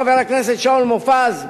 חבר הכנסת שאול מופז,